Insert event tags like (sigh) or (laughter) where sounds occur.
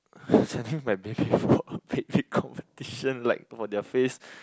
(breath) sending my baby for (laughs) a baby competition like for their face